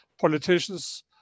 politicians